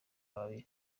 babiri